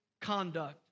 conduct